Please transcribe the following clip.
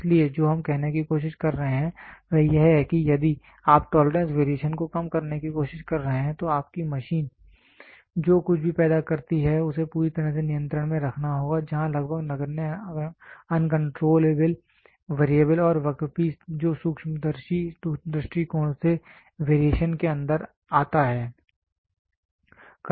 इसलिए जो हम कहने की कोशिश कर रहे हैं वह यह है कि यदि आप टॉलरेंस वेरिएशन को कम करने की कोशिश कर रहे हैं तो आपकी मशीन जो कुछ भी पैदा करती है उसे पूरी तरह से नियंत्रण में रखना होगा जहां लगभग नगण्य अनकंट्रोलेबल वेरिएबल और वर्कपीस जो सूक्ष्मदर्शी दृष्टिकोण से वेरिएशन के अंदर आता है